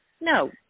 No